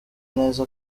neza